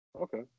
Okay